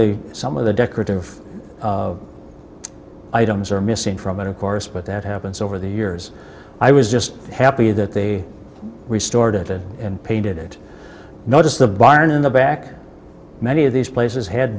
the some of the decorative items are missing from it of course but that happens over the years i was just happy that they restored it and painted it notice the barn in the back many of these places had